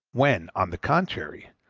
when, on the contrary,